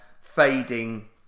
fading